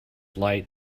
light